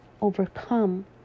overcome